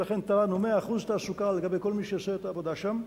ולכן טענו: 100% תעסוקה לגבי כל מי שיעשה את העבודה שם,